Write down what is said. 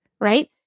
right